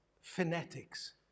phonetics